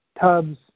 tubs